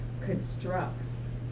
constructs